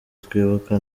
twibuka